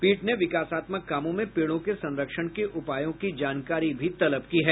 पीठ ने विकासात्मक कामों में पेड़ों के संरक्षण के उपायों की जानकारी भी तलब की है